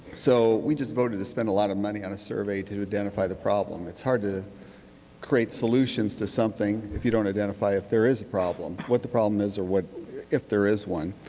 so we just voted to spend a lot of money on a survey to identify the problem. it's hard to create solutions to something if you don't identify if there is a problem. what the problem is or if there is one.